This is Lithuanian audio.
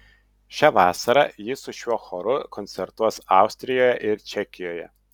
šią vasarą ji su šiuo choru koncertuos austrijoje ir čekijoje